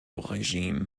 regime